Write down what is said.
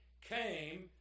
came